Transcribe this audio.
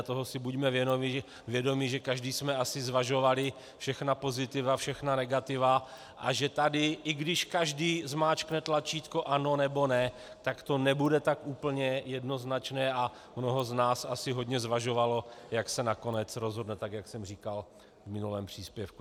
Toho si buďme vědomi, že každý jsme asi zvažovali všechna pozitiva, všechna negativa, a že tady, i když každý zmáčkne tlačítko ano nebo ne, tak to nebude tak úplně jednoznačné a mnoho z nás asi hodně zvažovalo, jak se nakonec rozhodne, jak jsem říkal v minulém příspěvku.